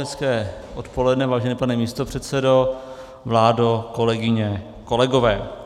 Hezké odpoledne, vážený pane místopředsedo, vládo, kolegyně, kolegové.